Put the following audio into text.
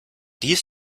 dies